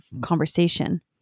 conversation